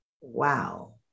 wow